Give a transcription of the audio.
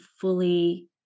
fully